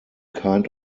kind